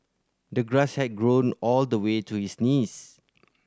the grass had grown all the way to his knees